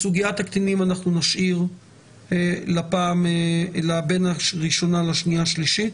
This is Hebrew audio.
את סוגיית הקטינים נשאיר בין הקריאה הראשונה לקריאה השנייה והשלישית.